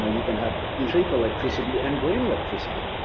know, you can have cheap electricity and green electricity.